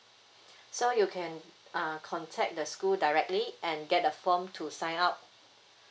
so you can uh contact the school directly and get the form to sign up